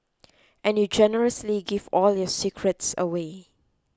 and you generously give all your secrets away